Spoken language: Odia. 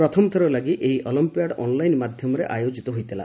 ପ୍ରଥମଥର ଲାଗି ଏହି ଅଲମ୍ପିଆଡ୍ ଅନ୍ଲାଇନ୍ ମାଧ୍ୟମରେ ଆୟୋଜିତ ହୋଇଥିଲା